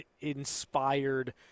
inspired